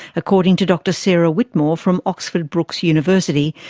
according to dr sarah whitmore from oxford brookes university,